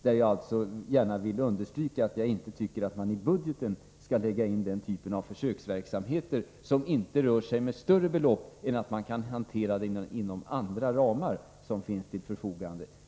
Jag vill alltså gärna understryka att jag inte tycker att man i budgeten skall lägga in den typen av försöksverksamheter, som inte rör sig med större belopp än att man kan hantera dem inom andra ramar som står till förfogande.